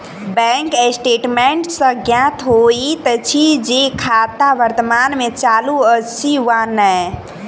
bank statement सॅ ज्ञात होइत अछि जे खाता वर्तमान मे चालू अछि वा नै